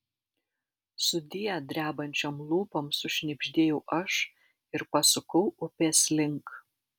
sudie drebančiom lūpom sušnibždėjau aš ir pasukau upės link